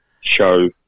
show